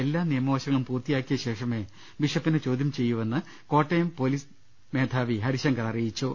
എല്ലാ നിയമവശങ്ങളും പൂർത്തിയാക്കിയ ശേഷമേ ബിഷപ്പിനെ ചോദ്യം ചെയ്യുവെന്ന് കോട്ടയം ജില്ലാ പൊലീസ് മേധാവി ഹരിശങ്കർ അറിയിച്ചു